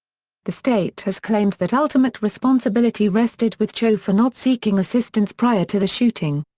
the state has claimed that ultimate responsibility rested with cho for not seeking assistance prior to the shooting.